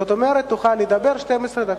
זאת אומרת תוכל לדבר 12 דקות.